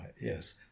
yes